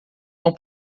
não